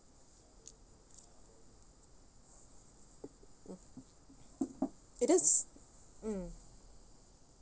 it is mm